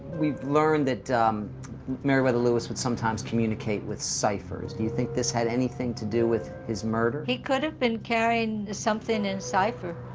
we've learned that meriwether lewis would sometimes communicate with ciphers. do you think this had anything to do with his murder? he could have been carrying something in cipher.